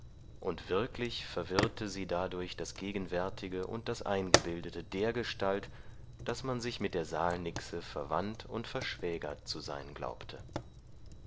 und wirklich verwirrte sie dadurch das gegenwärtige und das eingebildete dergestalt daß man sich mit der saalnixe verwandt und verschwägert zu sein glaubte